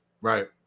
Right